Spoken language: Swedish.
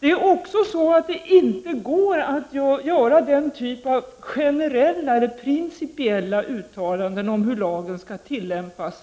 Det är också så att det inte går att göra den typen av generella eller principiella uttalanden om hur lagen skall tillämpas